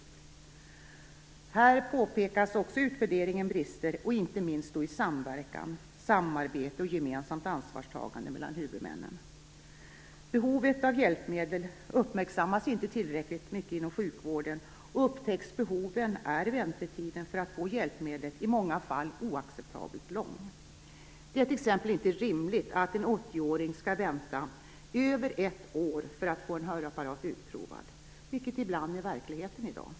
I utvärderingen påpekas också brister, inte minst i samverkan, samarbete och gemensamt ansvarstagande mellan huvudmännen. Behovet av hjälpmedel uppmärksammas inte tillräckligt inom sjukvården, och om behoven upptäcks är väntetiden för att få hjälpmedlet i många fall oacceptabelt lång. Det är t.ex. inte rimligt att en 80-åring skall vänta över ett år på att få en hörapparat utprovad, vilket ibland är verkligheten i dag.